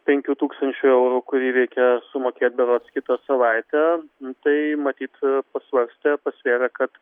penkių tūkstančių eurų kurį reikia sumokėt berods kitą savaitę tai matyt pasvarstė pasvėrė kad